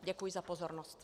Děkuji za pozornost.